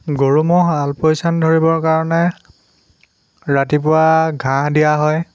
গৰু ম'হ আলপৈচান ধৰিবৰ কাৰণে ৰাতিপুৱা ঘাহঁ দিয়া হয়